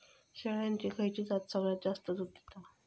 शेळ्यांची खयची जात सगळ्यात जास्त दूध देता?